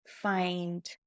find